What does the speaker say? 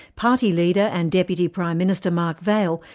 party leader and deputy prime minister, mark vaile,